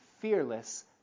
fearless